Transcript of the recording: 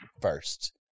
first